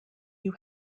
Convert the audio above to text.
you